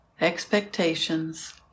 expectations